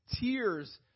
tears